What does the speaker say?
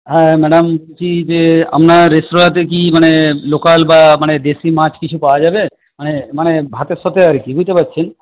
হ্যাঁ ম্যাডাম বলছি যে আপনার রেস্তোরাঁতে কি মানে লোকাল বা মানে দেশি মাছ কিছু পাওয়া যাবে মানে মানে ভাতের সথে আর কি বুঝতে পারছেন